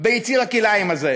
ליציר הכלאיים הזה.